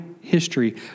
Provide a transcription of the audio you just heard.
history